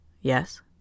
Yes